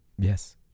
Yes